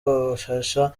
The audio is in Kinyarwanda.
babasha